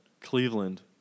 Cleveland